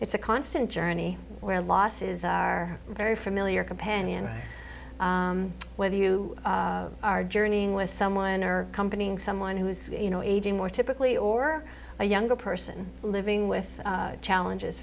it's a constant journey where losses are very familiar companion whether you are journeying with someone or company someone who's you know aging more typically or a younger person living with challenges